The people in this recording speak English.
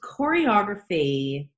choreography